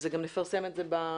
וגם נפרסם את זה בפרוטוקול,